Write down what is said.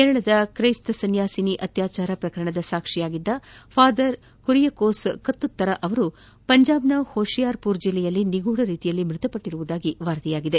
ಕೇರಳದ ತ್ರೈಸ್ತ ಸನ್ನಾಸಿನಿ ಅತ್ನಾಚಾರ ಪ್ರಕರಣದ ಸಾಕ್ಷಿಯಾಗಿದ್ದ ಫಾದರ್ ಕುರಿಯಕೋಸ್ ಕತ್ತುತ್ತರ ಅವರು ಪಂಜಾಬ್ನ ಹೋಶಿಯಾರ್ಪುರ್ ಜೆಲ್ಲೆಯಲ್ಲಿ ನಿಗೂಢ ರೀತಿಯಲ್ಲಿ ಮೃತಪಟ್ಟಿರುವುದು ಪತ್ತೆಯಾಗಿದೆ